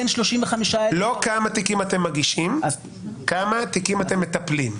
לא כמה תיקים אתם מגישים; בכמה תיקים אתם מטפלים.